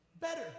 Better